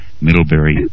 Middlebury